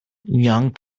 young